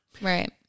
Right